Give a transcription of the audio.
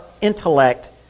intellect